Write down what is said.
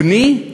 בני,